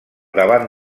davant